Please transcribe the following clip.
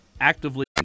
actively